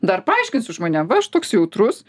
dar paaiškinsiu žmonėm va aš toks jautrus